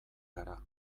gara